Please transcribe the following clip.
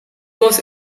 was